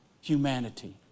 humanity